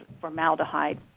formaldehyde